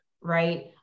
right